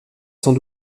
sans